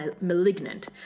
malignant